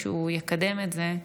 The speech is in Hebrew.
שהוא יקדם את זה.